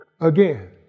Again